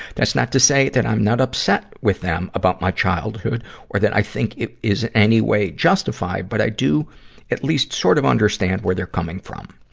that's not to say that i'm not upset with them about my childhood or that i think it is any way justified. but i do at least sort of understand where they're coming from.